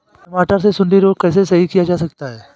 टमाटर से सुंडी रोग को कैसे सही किया जा सकता है?